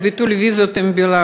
על מהלך ביטול הוויזות עם בלרוס,